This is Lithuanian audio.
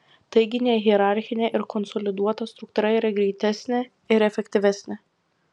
taigi nehierarchinė ir konsoliduota struktūra yra greitesnė ir efektyvesnė